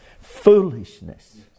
foolishness